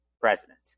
president